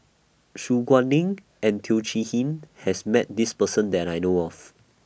Su Guaning and Teo Chee Hean has Met This Person that I know of